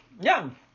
Yum